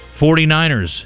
49ers